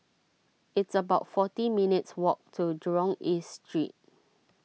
it's about forty minutes' walk to Jurong East Street